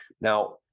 Now